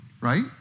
Right